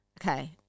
Okay